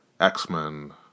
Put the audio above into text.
X-Men